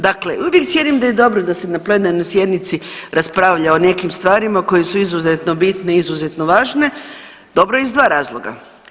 Dakle, uvijek cijenim da je dobro da se na plenarnoj sjednici raspravlja o nekim stvarima koje su izuzetno bitne i izuzetno važne dobro iz dva razloga.